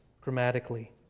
grammatically